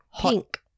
Pink